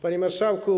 Panie Marszałku!